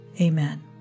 Amen